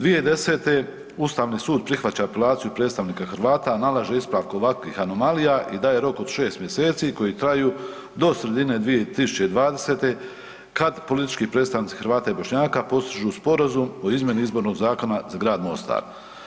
2010. ustavni sud prihvaća epilaciju predstavnika Hrvata, nalaže ispravku ovakvih anomalija i daje rok od 6 mjeseci koji traju do sredine 2020. kad politički predstavnici Hrvata i Bošnjaka postižu sporazum o izmjeni Izbornog zakona za grad Mostar.